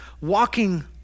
walking